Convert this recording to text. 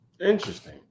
Interesting